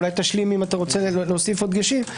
אולי תשלים אם תרצה להוסיף הדגשים.